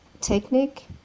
technique